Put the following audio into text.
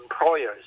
employers